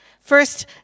First